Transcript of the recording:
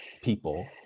people